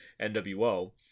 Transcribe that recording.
NWO